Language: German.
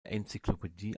enzyklopädie